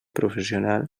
professional